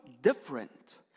different